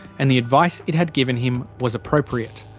and the advice it had given him was appropriate.